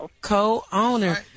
Co-owner